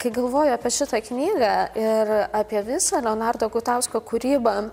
kai galvoju apie šitą knygą ir apie visą leonardo gutausko kūrybą